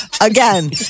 again